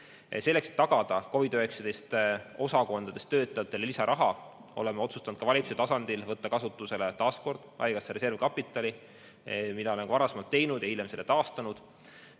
Selleks, et tagada COVID‑19 osakondades töötajatele lisaraha, oleme otsustanud valitsuse tasandil võtta kasutusele taas kord haigekassa reservkapitali, mida oleme varasemalt teinud ja hiljem selle taastanud.